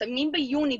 מסיימים ביוני,